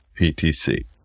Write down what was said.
PTC